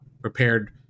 prepared